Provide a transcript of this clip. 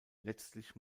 letztlich